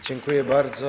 Dziękuję bardzo.